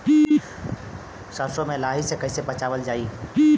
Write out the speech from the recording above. सरसो में लाही से कईसे बचावल जाई?